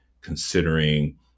considering